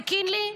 וקינלי,